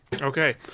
Okay